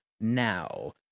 now